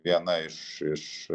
viena iš iš